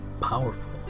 powerful